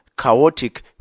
chaotic